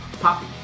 Poppy